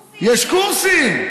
ברור, יש קורסים.